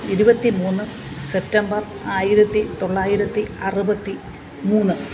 ഇരുപത്തിമൂന്ന് സെപ്റ്റംബർ ആയിരത്തിത്തൊള്ളായിരത്തി അറുപത്തിമൂന്ന്